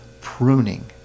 pruning